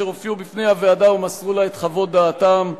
אשר הופיעו בפני הוועדה ומסרו לה את חוות דעתם,